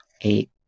eight